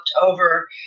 over